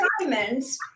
diamonds